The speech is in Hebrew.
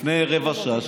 לפני רבע שעה,